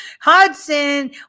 Hudson